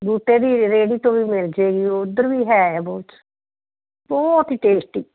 ਬੂਟੇ ਦੀ ਰੇਹੜੀ ਤੋਂ ਵੀ ਮਿਲ ਜਾਏਗੀ ਉੱਧਰ ਵੀ ਹੈ ਬਹੁਤ ਬਹੁਤ ਹੀ ਟੇਸਟੀ